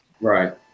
Right